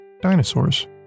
dinosaurs